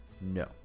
No